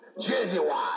Genuine